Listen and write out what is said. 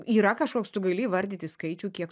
yra kažkoks tu gali įvardyti skaičių kiek